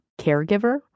caregiver